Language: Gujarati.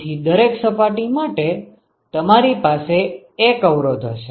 તેથી દરેક સપાટી માટે તમારી પાસે 1 અવરોધ હશે